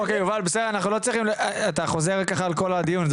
אוקיי יובל בסדר, אתה חוזר ככה על כל הדיון.